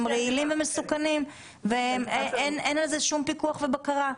רעילים ומסוכנים ואין על זה שום פיקוח ובקרה.